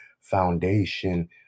foundation